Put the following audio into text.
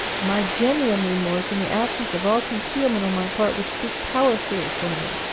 my genuine remorse and the absence of all concealment on my part would speak powerfully for me.